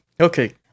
Okay